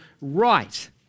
right